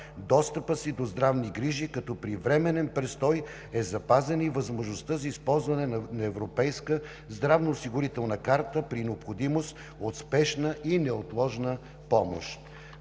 достъпа си до здравни грижи, като при временен престой е запазена и възможността за използване на Европейска здравноосигурителна карта при необходимост от спешна и неотложна помощ.